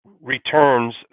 returns